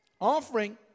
Offering